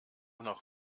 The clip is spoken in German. noch